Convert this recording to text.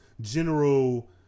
general